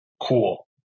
cool